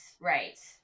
right